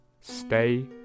stay